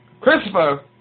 Christopher